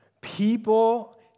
people